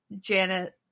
Janet